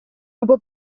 lupo